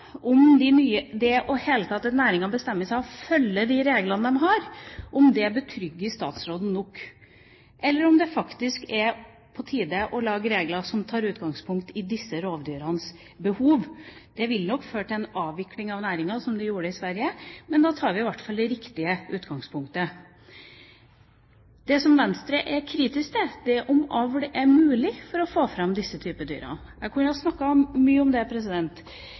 det hele tatt det at næringa bestemmer seg for å følge de reglene de har, er betryggende nok for statsråden, eller om det faktisk er på tide å lage regler som tar utgangspunkt i disse rovdyrenes behov. Det ville nok ført til en avvikling av næringa, som det gjorde i Sverige, men da tar vi i hvert fall det riktige utgangspunktet. Det som Venstre er kritisk til, er om avl er mulig for å få fram denne type dyr. Jeg kunne ha snakket mye om det,